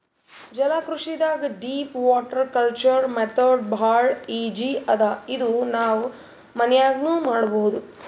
ಜಲಕೃಷಿದಾಗ್ deep water culture method ಭಾಳ್ easy ಅದಾ ಇದು ನಾವ್ ಮನ್ಯಾಗ್ನೂ ಮಾಡಬಹುದ್